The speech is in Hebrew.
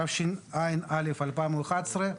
תשע"א 2011,